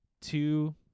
two